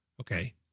Okay